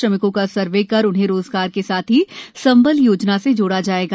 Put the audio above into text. श्रमिकों का सर्वे कर उन्हें रोजगार के साथ ही संबल योजना से जोड़ा जाएगा